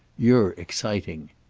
you're exciting.